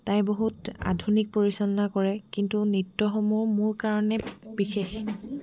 তাই বহুত আধুনিক পৰিচালনা কৰে কিন্তু নৃত্যসমূহ মোৰ কাৰণে বিশেষ